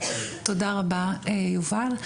תודה רבה יובל,